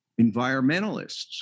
environmentalists